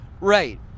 Right